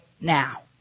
now